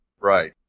Right